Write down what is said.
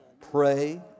Pray